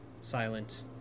silent